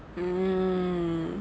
mmhmm